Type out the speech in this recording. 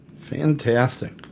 Fantastic